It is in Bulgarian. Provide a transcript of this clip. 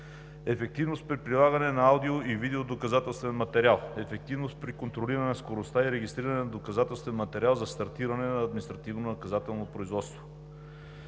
ефективност при прилагане на аудио и видео доказателствен материал; ефективност при контролиране скоростта и регистриране на доказателствен материал за стартиране на административнонаказателно производство.